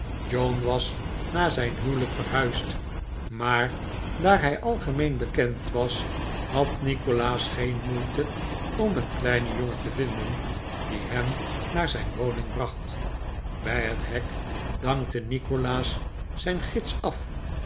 john was na zijn huwelijk verhuisd maar daar hij algemeen bekend was had nikolaas geen moeite om een kleinen jongen te vinden die hem naar zijn woning bracht bij het hek dankte nikolaas zijn gids af